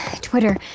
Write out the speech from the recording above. Twitter